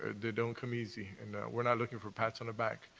ah they don't come easy, and we're not looking for pats on the back,